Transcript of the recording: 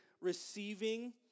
receiving